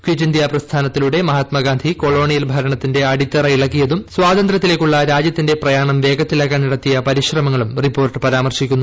kit India പ്രസ്താനത്തിലൂടെ Mahatma Gandhi colonial ഭരണത്തിന്റെ അടിത്തറ ഇളക്കിയതും സ്വാതന്ത്യത്തിലേക്കുള്ള രാജ്യത്തിന്റെ പ്രയാണം വേഗത്തിലാക്കാൻ നടത്തിയ പരിശ്രമങ്ങളും റിപ്പോർട്ട് പരമാർശിക്കുന്നു